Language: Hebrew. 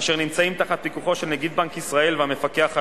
אשר נמצאים תחת הפיקוח של נגיד בנק ישראל והמפקח על